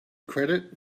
credit